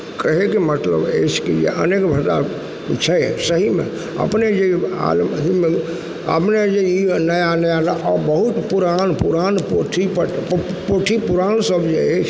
कहयके मतलब अछि कि अनेक भाषा छै सहीमे अपने जे अपने जे ई नया नया बहुत पुरान पुरान पोथीपर प पोथी पुराण सब जे अछि